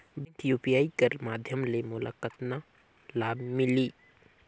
Bank UPI कर माध्यम ले मोला कतना लाभ मिली?